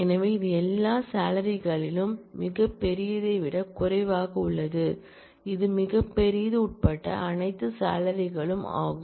எனவே இது எல்லா சாளரிகளும் மிகப்பெரியதை விட குறைவாக உள்ளது இது மிகப்பெரியது உட்பட அனைத்து சாளரிகளும் ஆகும்